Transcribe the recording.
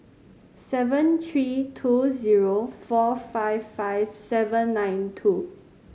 seven three two zero four five five seven nine two